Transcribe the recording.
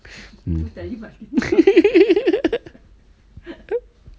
mm